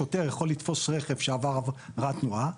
שוטר יכול לתפוס רכב שעבר עבירת תנועה,